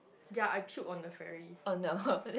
ya I puked on the ferry